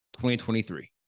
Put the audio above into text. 2023